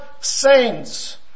saints